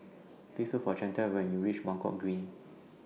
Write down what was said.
Please Look For Chantelle when YOU REACH Buangkok Green